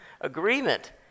agreement